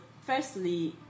Firstly